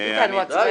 אני אגיד בצורה